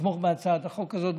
לתמוך בהצעת החוק הזאת.